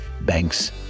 banks